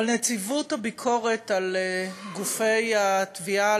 אבל הצעת חוק נציבות הביקורת על גופי התביעה,